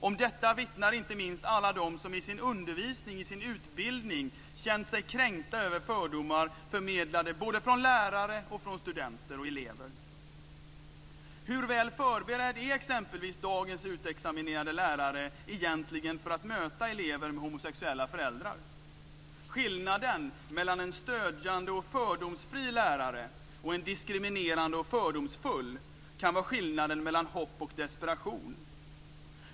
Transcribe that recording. Om detta vittnar inte minst alla de som i undervisningen och under utbildningen känt sig kränkta över fördomar förmedlade från lärare, studenter och elever. Hur väl förberedd är exempelvis dagens utexaminerade lärare egentligen för att möta elever med homosexuella föräldrar? Skillnaden mellan en stödjande och fördomsfri lärare och en diskriminerande och fördomsfull kan vara skillnaden mellan hopp och desperation.